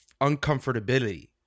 uncomfortability